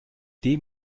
dem